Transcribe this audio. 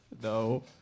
No